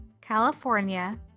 California